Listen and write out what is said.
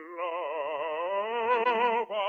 love